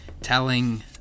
telling